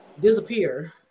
disappear